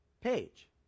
page